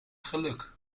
geluk